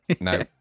no